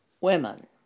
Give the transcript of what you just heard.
women